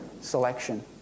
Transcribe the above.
selection